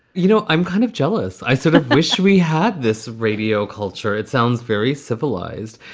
you know, i'm kind of jealous. i sort of wish we had this radio culture. it sounds very civilized.